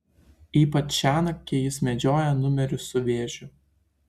ypač šiąnakt kai jis medžioja numerius su vėžiu